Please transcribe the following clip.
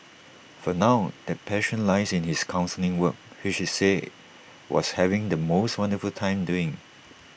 for now that passion lies in his counselling work which he said was having the most wonderful time doing